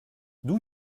d’où